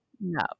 no